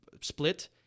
split